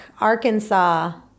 Arkansas